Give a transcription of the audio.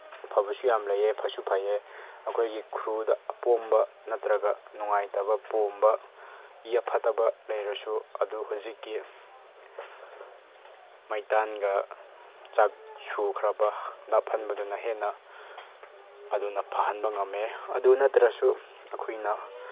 ꯑꯐꯕꯁꯨ ꯌꯥꯝ ꯂꯩꯌꯦ ꯐꯁꯨ ꯐꯩꯌꯦ ꯑꯩꯈꯣꯏꯒꯤ ꯈꯨꯔꯨꯗ ꯑꯄꯣꯝꯕ ꯅꯠꯇ꯭ꯔꯒ ꯅꯨꯡꯉꯥꯏꯇꯕ ꯄꯣꯝꯕ ꯏ ꯑꯐꯠꯇꯕ ꯂꯩꯔꯁꯨ ꯑꯗꯨ ꯍꯧꯖꯤꯛꯀꯤ ꯃꯩꯇꯥꯟꯒ ꯆꯥꯛ ꯁꯨꯈ꯭ꯔꯕ ꯅꯞꯍꯟꯕꯗꯨꯅ ꯍꯦꯟꯅ ꯑꯗꯨꯅ ꯐꯍꯟꯕ ꯉꯝꯃꯦ ꯑꯗꯨ ꯅꯠꯇ꯭ꯔꯁꯨ ꯑꯩꯈꯣꯏꯅ